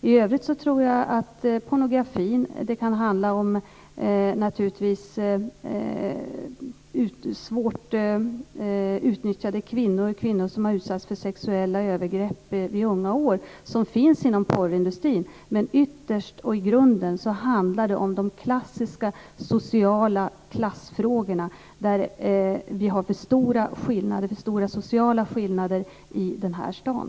I övrigt tror jag att det inom porrindustrin kan handla om svårt utnyttjade kvinnor som har utsatts för sexuella övergrepp vid unga år. Men ytterst och i grunden handlar det om de klassiska sociala klassfrågorna och om att vi har för stora sociala skillnader i den här stan.